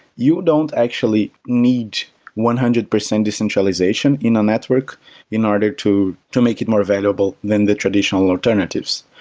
you don't actually need one hundred percent decentralization in a network in order to to make it more valuable than the traditional alternatives.